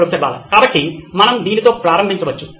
professor Bala కాబట్టి మనం దీనితో ప్రారంభించవచ్చు